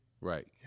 Right